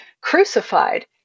crucified